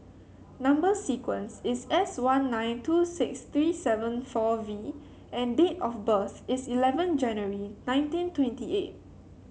number sequence is S one nine two six three seven four V and date of birth is eleven January nineteen twenty eight